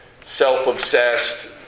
self-obsessed